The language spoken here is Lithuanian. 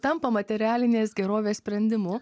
tampa materialinės gerovės sprendimu